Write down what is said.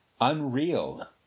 unreal